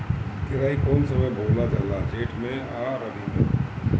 केराई कौने समय बोअल जाला जेठ मैं आ रबी में?